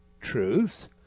truth